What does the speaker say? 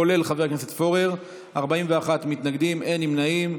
כולל חבר הכנסת פורר, 41 מתנגדים, אין נמנעים.